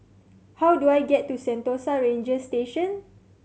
how do I get to Sentosa Ranger Station